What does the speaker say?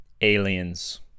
Aliens